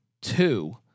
two